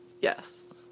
Yes